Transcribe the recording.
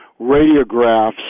radiographs